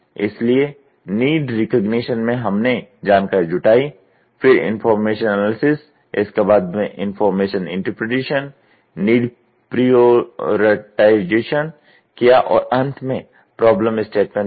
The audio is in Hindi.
इसलिए नीड रिकग्निशन में हम ने जानकारी जुटाई फिर इनफार्मेशन एनालिसिस इसके बाद इनफार्मेशन इंटरप्रिटेशन नीड प्रिऑरिटिज़ेशन किया और अंत में प्रॉब्लम स्टेटमेंट बनाया